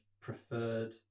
preferred